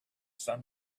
sun